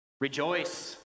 Rejoice